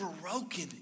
broken